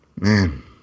Man